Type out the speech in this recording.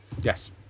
Yes